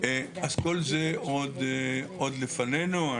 כל זה עוד לפנינו.